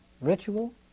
ritual